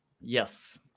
Yes